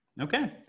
Okay